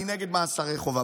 אני נגד מאסרי חובה.